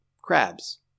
crabs